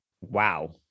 wow